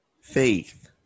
faith